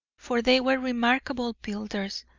for they were remarkable builders.